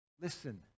listen